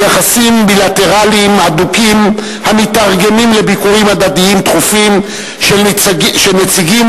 ביחסים בילטרליים הדוקים המיתרגמים לביקורים הדדיים דחופים של נציגים